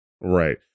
Right